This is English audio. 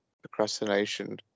procrastination